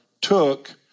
took